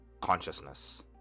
consciousness